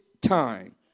time